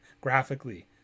graphically